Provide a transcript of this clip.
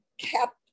kept